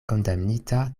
kondamnita